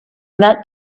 that